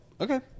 Okay